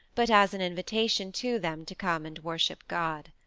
but as an invitation to them to come and worship god.